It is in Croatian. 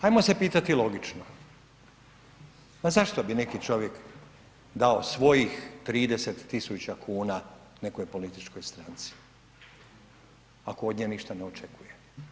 Ajmo se pitati logično, pa zašto bi neki čovjek dao svojih 30.000,00 kn nekoj političkoj stranci ako od nje ništa ne očekuje?